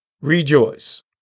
Rejoice